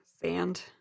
sand